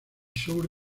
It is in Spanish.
sur